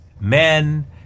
men